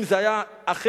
אם זה היה אחר,